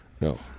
No